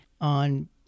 on